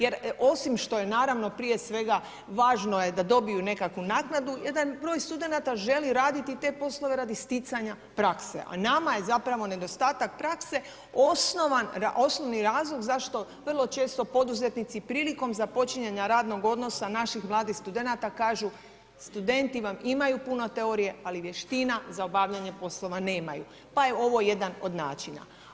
Jer osim što je, naravno prije svega, važno je da dobiju nekakvu naknadu, jedan broj studenata želi raditi te poslove radi sticanja prakse, a nama je zapravo nedostatak prakse osnovni razlog zašto vrlo često poduzetnici prilikom započinjanja radnog odnosa naših mladih studenata kažu studenti vam imaju puno teorije, ali vještina za obavljanje poslova nemaju pa je ovo jedan od načina.